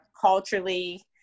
culturally